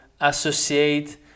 associate